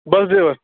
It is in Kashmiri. بَس ڈرایوَر